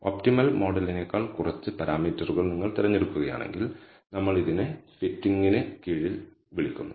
optimal മോഡലിനേക്കാൾ കുറച്ച് പാരാമീറ്ററുകൾ നിങ്ങൾ തിരഞ്ഞെടുക്കുകയാണെങ്കിൽ നമ്മൾ ഇതിനെ ഫിറ്റിംഗിന് കീഴിൽ വിളിക്കുന്നു